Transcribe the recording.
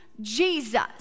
Jesus